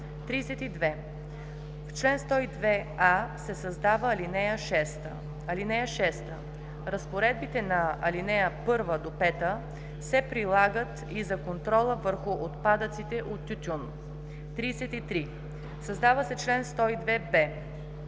32. В чл. 102а се създава ал. 6: „(6) Разпоредбите на ал. 1-5 се прилагат и за контрола върху отпадъците от тютюн.“ 33. Създава се чл. 102б: